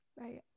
right